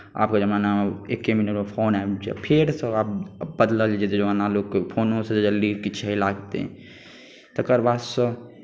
आबके जमानामे एक्के मिनटमे फोन आबि जाय फेरसँ आब बदलल जे जमाना लोककेँ फोनोसँ जल्दी किछु होइ लागतै तकर बादसँ